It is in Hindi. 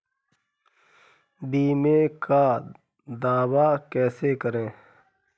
बीमे का दावा कैसे करें?